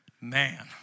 Man